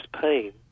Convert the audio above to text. pain